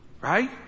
Right